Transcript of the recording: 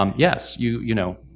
um yes, you you know,